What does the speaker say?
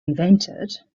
invented